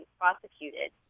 prosecuted